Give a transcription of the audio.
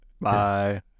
Bye